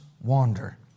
wander